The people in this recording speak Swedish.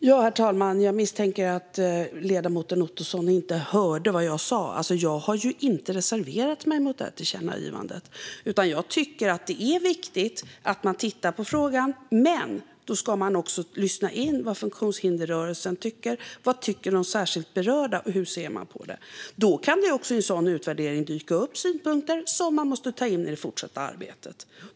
Herr talman! Jag misstänker att ledamoten Ottoson inte hörde vad jag sa. Jag har inte reserverat mig mot det här tillkännagivandet, utan jag tycker att det är viktigt att man tittar på frågan. Men då ska man också lyssna in vad funktionshindersrörelsen tycker. Vad tycker de särskilt berörda, och hur ser man på det? I en sådan utvärdering kan det också dyka upp synpunkter som man måste ta in i det fortsatta arbetet.